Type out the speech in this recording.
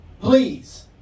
please